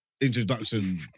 introduction